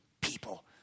people